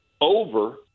over